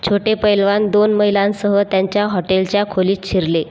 छोटे पैलवान दोन महिलांसह त्यांच्या हॉटेलच्या खोलीत शिरले